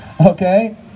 Okay